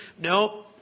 no